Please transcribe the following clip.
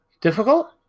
Difficult